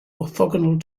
orthogonal